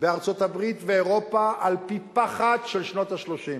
בארצות-הברית ואירופה, אל פי פחת של שנות ה-30.